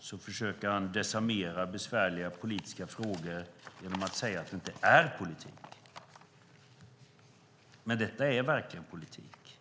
försöker han desarmera besvärliga politiska frågor genom att säga att det inte är politik, men detta är verkligen politik.